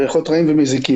ריחות רעים ומזיקים.